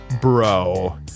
bro